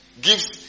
gives